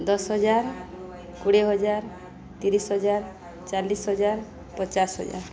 ଦଶ ହଜାର କୋଡ଼ିଏ ହଜାର ତିରିଶ ହଜାର ଚାଳିଶ ହଜାର ପଚାଶ ହଜାର